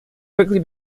quickly